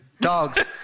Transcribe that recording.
Dogs